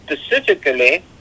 specifically